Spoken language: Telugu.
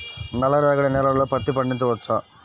నల్ల రేగడి నేలలో పత్తి పండించవచ్చా?